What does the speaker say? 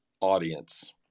audience